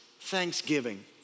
Thanksgiving